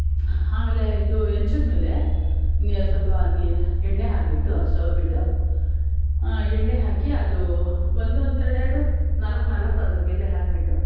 ಆಮೇಲೆ ಇದು ಹೆಂಚಿನ್ ಮೇಲೆ ಸ್ವಲ್ಪ ಎಣ್ಣೆ ಹಾಕ್ಬಿಟ್ಟು ಸವರಿ ಬಿಟ್ಟು ಎಣ್ಣೆ ಹಾಕಿ ಅದು ಒಂದೊಂದು ಎರಡೆರಡು ನಾಲ್ಕು ನಾಲ್ಕು ಅದರ ಮೇಲೆ ಹಾಕ್ಬಿಟ್ಟು